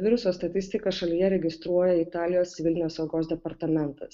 viruso statistiką šalyje registruoja italijos civilinės saugos departamentas